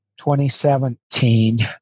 2017